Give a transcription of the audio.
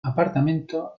apartamento